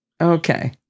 Okay